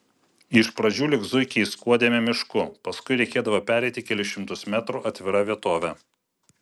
iš pradžių lyg zuikiai skuodėme mišku paskui reikėdavo pereiti kelis šimtus metrų atvira vietove